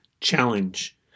challenge